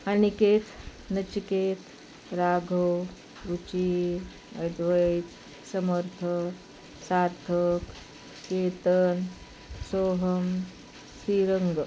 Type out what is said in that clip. Aniket Nachiket Raghav Ruchi Advait Samarth Sarthak Ketan Soham Shrirang